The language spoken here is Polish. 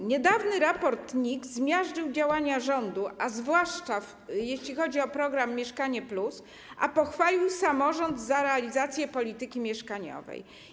W niedawnym raporcie NIK zmiażdżył działania rządu, zwłaszcza jeśli chodzi o program ˝Mieszkanie+˝, a pochwalił samorząd za realizację polityki mieszkaniowej.